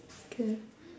okay